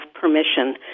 permission